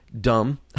dumb